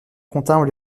comptable